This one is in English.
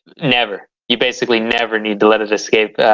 never you basically never need to let it escape,